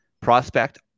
prospect